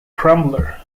crumbler